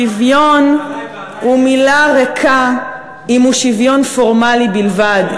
שוויון הוא מילה ריקה אם הוא שוויון פורמלי בלבד,